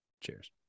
Cheers